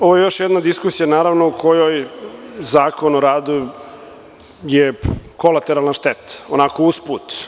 Ovo je još jedna diskusija u kojoj je Zakon o radu kolateralna šteta, onako usput.